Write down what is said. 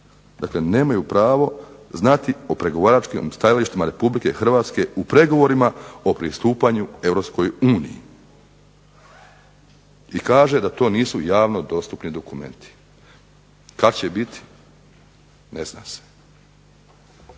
Dakle, nemaju pravo znati o pregovaračkim stajalištima Republike Hrvatske u pregovorima o pristupanju Europskoj uniji i kaže da to nisu javno dostupni dokumenti. Kad će biti, ne zna se.